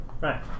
Right